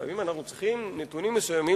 לפעמים אנחנו צריכים לשמור נתונים מסוימים,